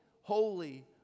holy